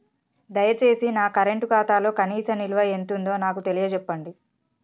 దయచేసి నా కరెంట్ ఖాతాలో కనీస నిల్వ ఎంతుందో నాకు తెలియచెప్పండి